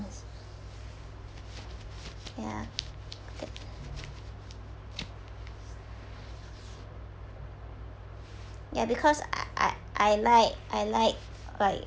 ya th~ ya because I I I like I like like